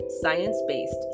science-based